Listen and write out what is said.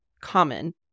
common